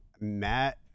Matt